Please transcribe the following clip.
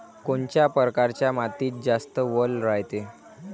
कोनच्या परकारच्या मातीत जास्त वल रायते?